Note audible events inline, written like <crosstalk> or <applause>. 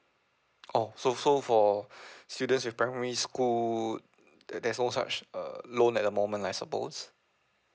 orh so so for <breath> students with primary school there there's no such uh loan at the moment I suppose